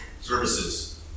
services